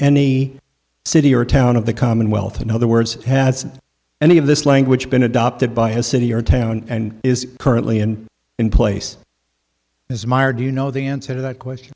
any city or town of the commonwealth in other words has any of this language been adopted by his city or town and is currently in in place as mayor do you know the answer to that question